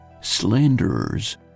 slanderers